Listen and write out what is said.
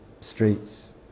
streets